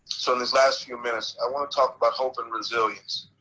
so in these last few minutes. i want to talk about hope and resilience,